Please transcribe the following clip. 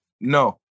No